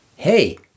Hey